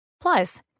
Plus